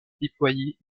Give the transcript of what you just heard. déployées